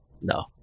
No